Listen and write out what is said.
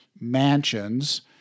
mansions